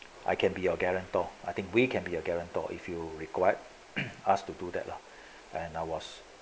I can be yoor guarantor I think we can be a guarantor or if you require ask to do that lah and I was